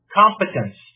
competence